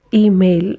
email